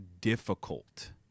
difficult